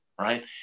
Right